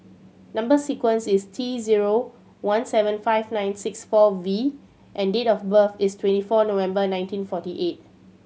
number sequence is T zero one seven five nine six four V and date of birth is twenty four November nineteen forty eight